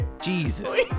Jesus